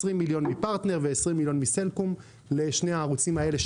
20 מיליון מפרטנר ו-20 מיליון מסלקום לשני הערוצים האלה,